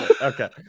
okay